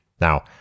Now